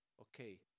okay